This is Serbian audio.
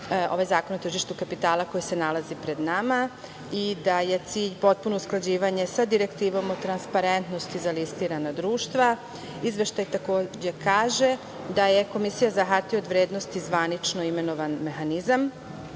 ovaj Zakon o tržištu kapitala koji se nalazi pred nama i da je cilj potpuno usklađivanje sa direktivom o transparentnosti za listirana društva. Izveštaj takođe kaže da je Komisija za HOV zvanično imenovan mehanizam. Sa